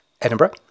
Edinburgh